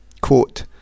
quote